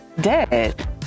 dead